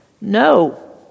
No